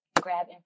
grab